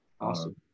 awesome